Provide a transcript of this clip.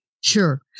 Sure